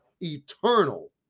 eternal